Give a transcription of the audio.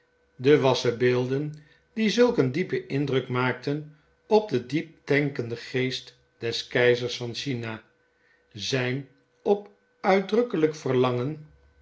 de wassenbeelden die zulk een diepen indruk maakten op den diepdenkenden geest des keizers van china zgn op uitdrukkelflk verlangen